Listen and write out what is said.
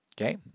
Okay